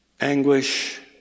anguish